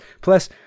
Plus